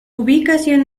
ubicación